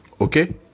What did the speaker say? Okay